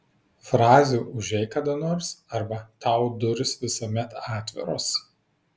frazių užeik kada nors arba tau durys visuomet atviros